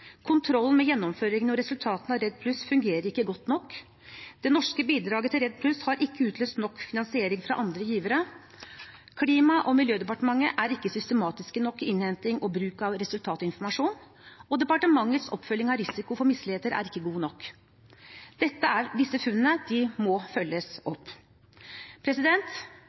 Kontrollen med gjennomføringen og resultatene av REDD+ fungerer ikke godt nok. Det norske bidraget til REDD+ har ikke utløst nok finansiering fra andre givere. Klima- og miljødepartementet er ikke systematisk nok i innhentingen og bruken av informasjon om resultater. Departementets oppfølging av risiko for misligheter er ikke god nok. Disse funnene må følges opp.